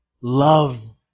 love